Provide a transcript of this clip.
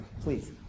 Please